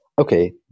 okay